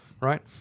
Right